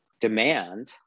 demand